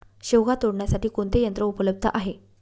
शेवगा तोडण्यासाठी कोणते यंत्र उपलब्ध आहे?